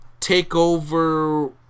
TakeOver